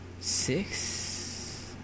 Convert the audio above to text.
six